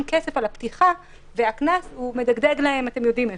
כסף על הפתיחה והקנס מדגדג להם אתם-יודעים-איפה.